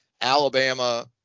Alabama